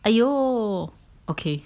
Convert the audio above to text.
!aiyo! okay